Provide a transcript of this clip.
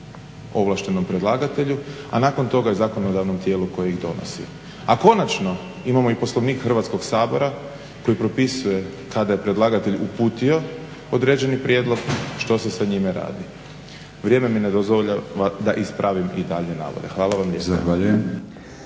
ovlaštenom predlagatelju a nakon toga zakonodavnom tijelu koji ih donosi. A konačno imamo i Poslovnik Hrvatskog sabora koji propisuje kada je predlagatelj uputio određeni prijedlog što se sa njime radi. Vrijeme mi ne dozvoljava da ispravim i dalje navode. Hvala vam